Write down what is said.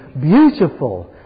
beautiful